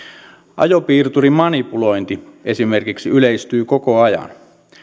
ajopiirturin manipulointi yleistyy koko ajan